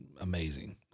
amazing